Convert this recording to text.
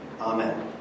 Amen